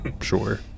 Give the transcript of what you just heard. sure